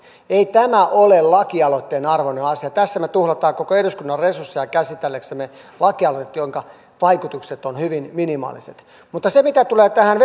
ei tämä ole lakialoitteen arvoinen asia tässä me tuhlaamme koko eduskunnan resursseja käsitelläksemme lakialoitetta jonka vaikutukset ovat hyvin minimaaliset mutta mitä tulee tähän